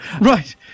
Right